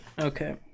Okay